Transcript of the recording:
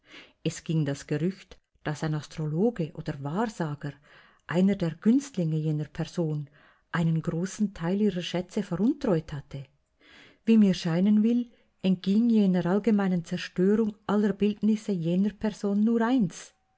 es ging das gerücht daß ein astrologe oder wahrsager einer der günstlinge jener person einen großen teil ihrer schätze veruntreut hatte wie mir scheinen will entging jener allgemeinen zerstörung aller bildnisse jener person nur eins